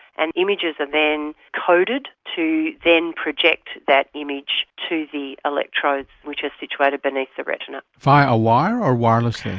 and the images are then coded to then project that image to the electrodes which are situated beneath the retina. via a wire or wirelessly?